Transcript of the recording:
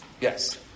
Yes